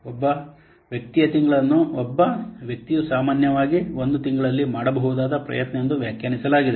ಒಬ್ಬ ವ್ಯಕ್ತಿಯ ತಿಂಗಳನ್ನು ಒಬ್ಬ ವ್ಯಕ್ತಿಯು ಸಾಮಾನ್ಯವಾಗಿ ಒಂದು ತಿಂಗಳಲ್ಲಿ ಮಾಡಬಹುದಾದ ಪ್ರಯತ್ನ ಎಂದು ವ್ಯಾಖ್ಯಾನಿಸಲಾಗಿದೆ